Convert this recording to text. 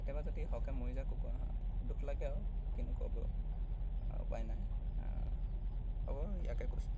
কেতিয়াবা যদি সৰহকৈ মৰি যায় কুকুৰা হাঁহ দুখ লাগে আৰু কিনো ক'ব উপায় নাই হ'ব আৰু ইয়াকে কৈছোঁ